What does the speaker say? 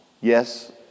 Yes